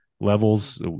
levels